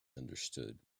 understood